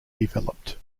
developed